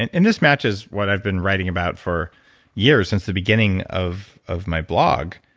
and and this matches what i've been writing about for years since the beginning of of my blog,